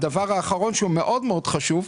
הדבר האחרון שהוא מאוד חשוב,